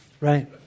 Right